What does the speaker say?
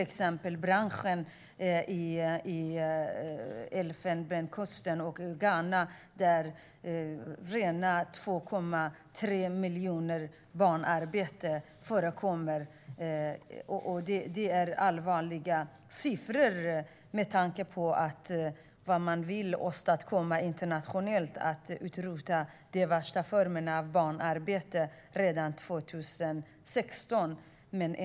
Inom kakaobranschen, till exempel, i Elfenbenskusten och i Ghana finns det 2,3 miljoner barnarbetare. Det är allvarliga siffror med tanke på vad man vill åstadkomma internationellt: att utrota de värsta formerna av barnarbete redan 2016.